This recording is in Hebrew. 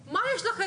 בכתב,